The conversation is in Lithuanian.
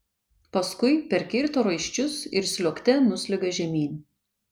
paskui perkirto raiščius ir sliuogte nusliuogė žemyn